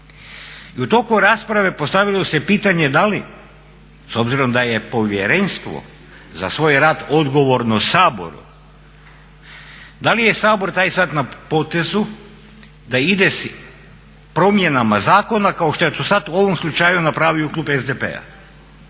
I u toku raspravu postavilo se pitanje da li s obzirom da je povjerenstvo za svoj rad odgovorno Saboru da li je Sabor taj sad na potezu da ide s promjenama zakona kao što je to sad u ovom slučaju napravio klub SDP-a.